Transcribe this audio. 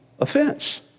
offense